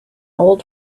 old